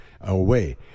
away